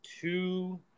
two